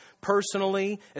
personally